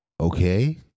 okay